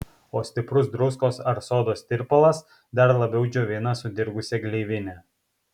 o stiprus druskos ar sodos tirpalas dar labiau džiovina sudirgusią gleivinę